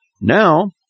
Now